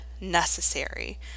necessary